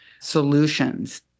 solutions